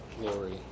Glory